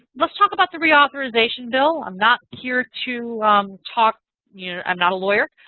let's talk about the re-authorization bill. i'm not here to talk yeah i'm not a lawyer.